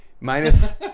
Minus